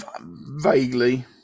Vaguely